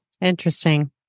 Interesting